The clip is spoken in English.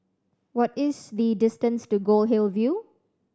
what is the distance to Goldhill View